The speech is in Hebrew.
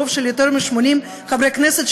רוב של יותר מ-80 חברי כנסת,